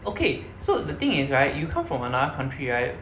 okay so the thing is right you come from another country right